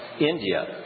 India